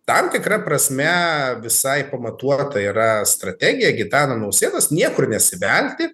tam tikra prasme visai pamatuota yra strategija gitano nausėdos niekur nesivelti